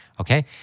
Okay